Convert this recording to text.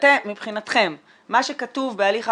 מבחינתכם מה שכתוב ההליך,